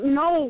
no